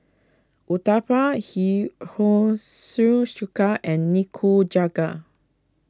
Uthapam Hihushi Chuka and Nikujaga